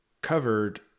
covered